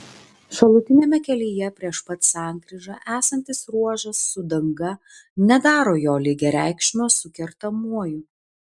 šalutiniame kelyje prieš pat sankryžą esantis ruožas su danga nedaro jo lygiareikšmio su kertamuoju